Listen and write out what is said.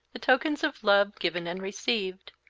the tokens of love given and received,